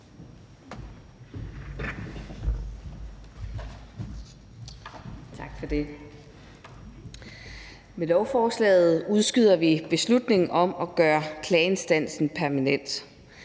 Tak for det. Med lovforslaget udskyder vi beslutningen om at gøre klageinstansen permanent.